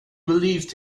believed